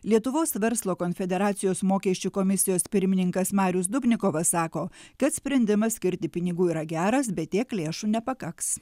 lietuvos verslo konfederacijos mokesčių komisijos pirmininkas marius dubnikovas sako kad sprendimas skirti pinigų yra geras bet tiek lėšų nepakaks